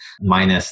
minus